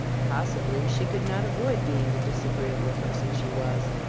possibly she could not avoid being the disagreeable person she was.